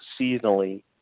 seasonally